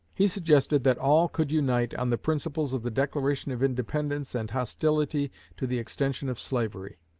he suggested that all could unite on the principles of the declaration of independence and hostility to the extension of slavery.